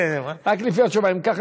רק לפי התשובה: אם כך,